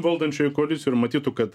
valdančiojoj koalicijoj ir matytų kad